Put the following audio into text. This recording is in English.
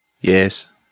Yes